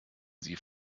sie